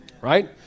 Right